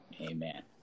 Amen